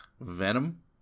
Venom